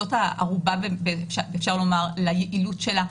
זאת הערובה אם אפשר לומר ליעילות שלה.